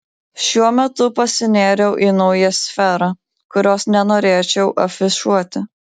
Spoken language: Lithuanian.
šiuo metu pasinėriau į naują sferą kurios nenorėčiau afišuoti